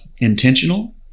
intentional